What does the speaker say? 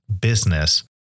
business